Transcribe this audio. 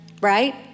right